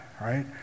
right